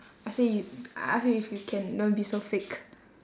I say you I ask you if you can don't be so fake